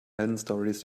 heldenstorys